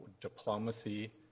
Diplomacy